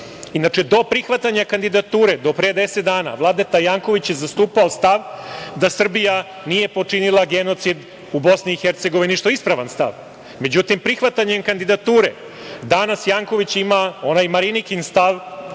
do prihvatanja kandidature, do pre 10 dana, Vladeta Janković je zastupao stav da Srbija nije počinila genocid u BiH, što je ispravan stav. Međutim, prihvatanjem kandidature danas Janković ima onaj Marinikin stav,